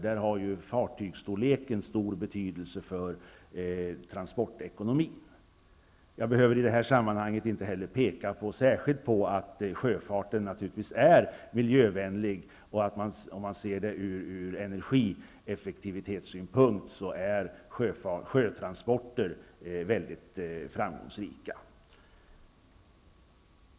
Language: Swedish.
Där har fartygsstorleken stor betydelse för transportekonomin. Jag behöver i det här sammanhanget inte särskilt peka på att sjöfarten naturligtvis är miljövänlig, och om man ser det från energieffektivitetssynpunkt är sjötransporter mycket framgångsrika.